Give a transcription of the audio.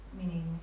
Meaning